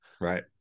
right